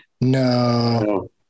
No